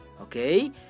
Okay